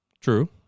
True